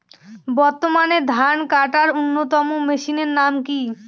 বর্তমানে ধান কাটার অন্যতম মেশিনের নাম কি?